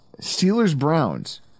Steelers-Browns